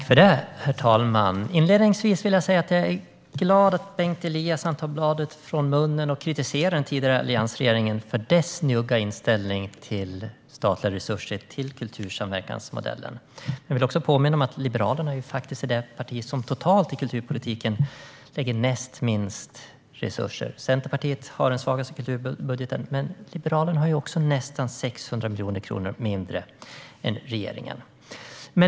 Herr talman! Inledningsvis vill jag säga att jag är glad att Bengt Eliasson tar bladet från munnen och kritiserar den tidigare alliansregeringen för dess njugga inställning till statliga resurser till kultursamverkansmodellen. Jag vill också påminna om att Liberalerna faktiskt är det parti som totalt lägger näst minst resurser på kulturpolitiken. Centerpartiet har den svagaste kulturbudgeten, men Liberalerna lägger nästan 600 miljoner kronor mindre än regeringen.